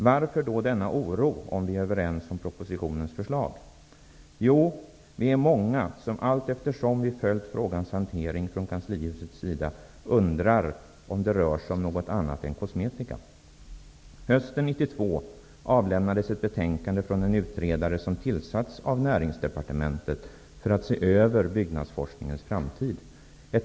Varför då denna oro, om vi är överens om propositionens förslag? Vi är många som, allteftersom vi har följt frågans hantering från kanslihusets sida, undrar om det rör sig om något annat än kosmetika. Näringsdepartementet för att se över byggnadsforskningens framtid.